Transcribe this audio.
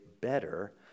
better